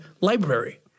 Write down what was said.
Library